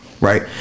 right